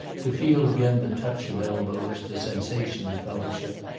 to feel again the touch of elbows, the sensation of fellowship.